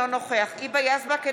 אינו נוכח היבה יזבק,